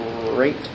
great